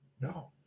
No